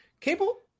Cable